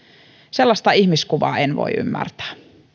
sellaista ihmiskuvaa en voi ymmärtää